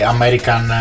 American